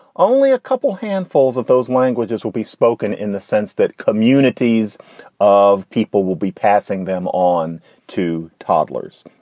only a couple handfuls of those languages will be spoken in the sense that communities of people will be passing them on to toddlers.